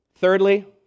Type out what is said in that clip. Thirdly